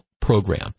Program